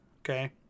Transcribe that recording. okay